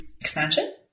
Expansion